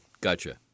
gotcha